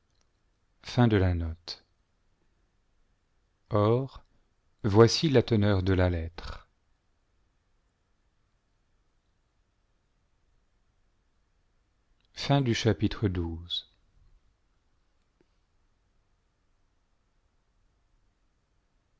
or voici la teneur de la lettre chapitre